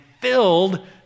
filled